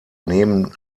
neben